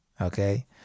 okay